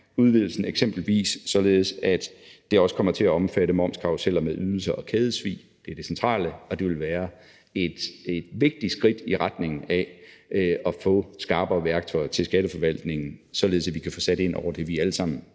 eksempelvis således at det også kommer til at omfatte momskarruseller med ydelser og kædesvig. Det er det centrale. Og det vil være et vigtigt skridt i retning af at få skarpere værktøjer til Skatteforvaltningen, således at vi kan få sat ind over for det, vi alle sammen